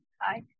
Hi